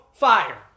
Fire